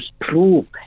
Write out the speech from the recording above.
prove